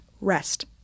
Rest